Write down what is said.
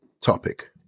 topic